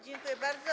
Dziękuję bardzo.